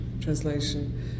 translation